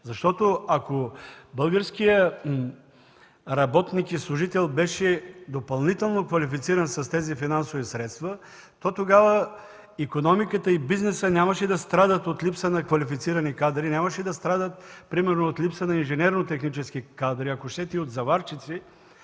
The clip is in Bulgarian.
Защото ако българският работник и служител беше допълнително квалифициран с тези финансови средства, тогава икономиката и бизнесът нямаше да страдат от липса на квалифицирани кадри, нямаше да страдат примерно от липса на инженерно-технически кадри, ако щете – от заварчици.